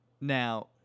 Now